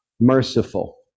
merciful